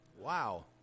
Wow